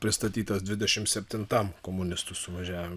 pristatytas dvidešimt septintam komunistų suvažiavime